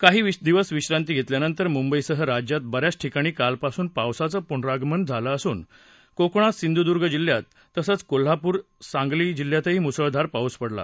काही दिवस विश्रांती घेतल्यानंतर मुंबईसह राज्यात बऱ्याच ठिकाणी कालपासून पावसाचं पुनरागमन झालं असून कोकणात सिंधूदर्द जिल्ह्यात तसंच कोल्हापूर सांगली जिल्ह्यातही मुसळधार पाऊस पडला